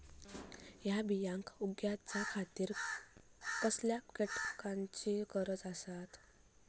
हया बियांक उगौच्या खातिर कसल्या घटकांची गरज आसता?